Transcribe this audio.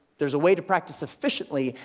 there's a way to practice efficiently,